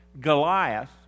Goliath